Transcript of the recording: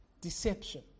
deception